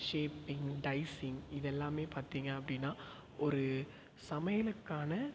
shaping dicing இது எல்லாம் பார்த்தீங்க அப்படின்னா ஒரு சமையலுக்கான